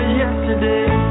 yesterday